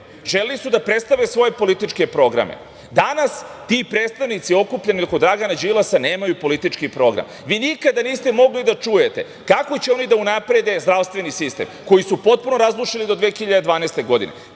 želeli su da predstave svoje političke programe. Danas ti predstavnici okupljeni oko Dragana Đilasa nemaju politički program. Vi nikada niste mogli da čujete kako će oni da unaprede zdravstveni sistem koji su potpuno razrušili do 2012. godine,